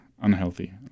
unhealthy